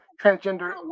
transgender